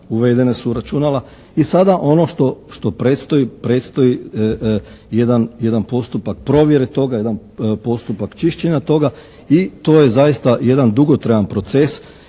uvedena su u računala i sada ono što predstoji, predstoji jedan postupak provjere toga, jedan postupak čišćenja toga i to je zaista jedan dugotrajan proces,